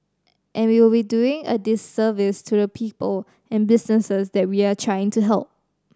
and we will be doing a disservice to the people and businesses that we are trying to help